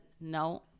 no